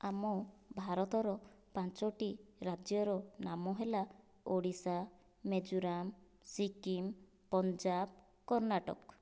ଆମ ଭାରତର ପାଞ୍ଚୋଟି ରାଜ୍ୟର ନାମ ହେଲା ଓଡ଼ିଶା ମିଜୋରାମ ସିକିମ ପଞ୍ଜାବ କର୍ଣ୍ଣାଟକ